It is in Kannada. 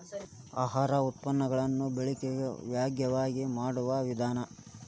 ಆಹಾರ ಉತ್ಪನ್ನ ಗಳನ್ನು ಬಳಕೆಗೆ ಯೋಗ್ಯವಾಗಿ ಮಾಡುವ ವಿಧಾನ